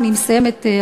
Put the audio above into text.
אני מסיימת,